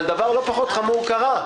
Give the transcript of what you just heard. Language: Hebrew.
דבר לא פחות חמור קרה,